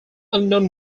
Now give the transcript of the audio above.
unknown